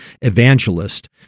evangelist